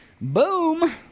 Boom